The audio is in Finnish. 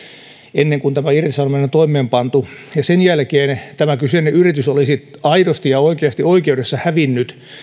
ennen kuin tämä irtisanominen on toimeenpantu ja sen jälkeen tämä kyseinen yritys olisi aidosti ja oikeasti oikeudessa hävinnyt